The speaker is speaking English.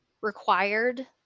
required